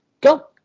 go